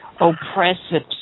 oppressive